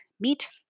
meat